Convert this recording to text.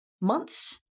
months